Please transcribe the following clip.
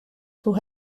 sus